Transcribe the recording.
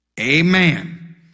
amen